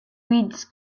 weeds